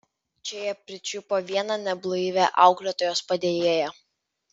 čia jie pričiupo vieną neblaivią auklėtojos padėjėją